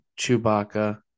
Chewbacca